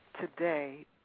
today